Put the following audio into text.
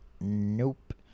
Nope